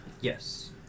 Yes